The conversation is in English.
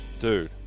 Dude